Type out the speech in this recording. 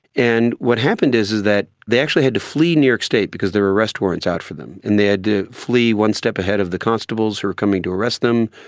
and what happened is is that they actually had to flee new york state because there were arrest warrants out for them, and they had to flee one step ahead of the constables who were coming to arrest them,